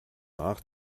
nach